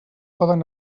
poden